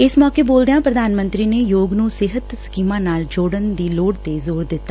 ਇਸ ਮੌਕੇ ਬੋਲਦਿਆਂ ਪ੍ਰਧਾਨ ਮੰਤਰੀ ਨੇ ਯੋਗ ਨੂੰ ਸਿਹਤ ਸਕੀਮਾ ਨਾਲ ਜੋੜਨ ਦੀ ਲੋੜ ਤੇ ਜੋਰ ਦਿੱਤਾ